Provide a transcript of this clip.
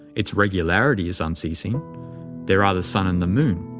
its regularity is unceasing there are the sun and moon,